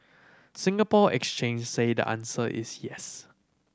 Singapore Exchange said the answer is yes